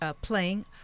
playing